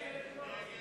ההסתייגות של קבוצת